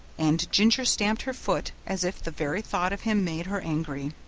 and ginger stamped her foot as if the very thought of him made her angry.